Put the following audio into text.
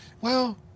Well-